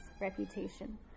reputation